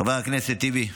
חבר הכנסת טיבי,